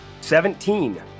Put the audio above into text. Seventeen